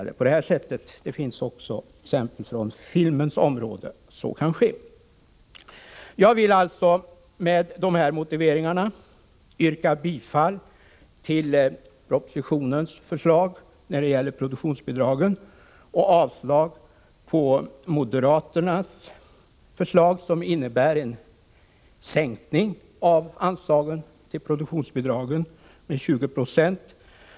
Det finns också exempel från filmens område att detta kan ske. Med dessa motiveringar vill jag yrka bifall till propositionens förslag när det gäller produktionsbidragen och avslag på moderaternas förslag, som innebär en sänkning av anslagen till produktionsbidragen med 20 96.